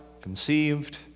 conceived